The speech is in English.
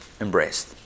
embraced